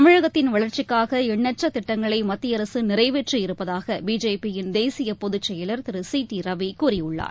தமிழகத்தின் வளர்ச்சிக்காக எண்ணற்ற திட்டஙகளை மத்திய அரசு நிறைவேற்றி இருப்பதாக பிஜேபியின் தேசிய பொதுச் செயலர் திரு சி டி ரவி கூறியுள்ளார்